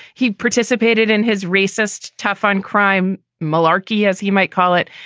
he participated in his racist tough on crime malarkey, as he might call it,